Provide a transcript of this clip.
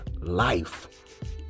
life